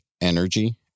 energy